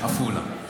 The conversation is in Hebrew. עפולה, טוב.